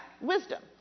Wisdom